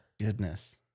Goodness